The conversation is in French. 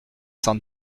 cent